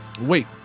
wait